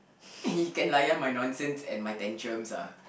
and you can layan my nonsense and my tantrums ah